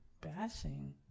bashing